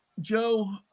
Joe